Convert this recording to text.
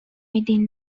within